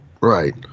Right